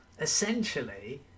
essentially